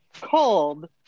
called